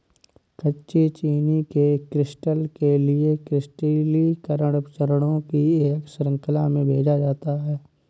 कच्ची चीनी के क्रिस्टल के लिए क्रिस्टलीकरण चरणों की एक श्रृंखला में भेजा जाता है